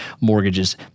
mortgages